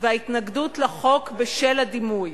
וההתנגדות לחוק בשל הדימוי.